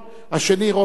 רוברט טיבייב,